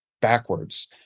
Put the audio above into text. backwards